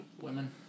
Women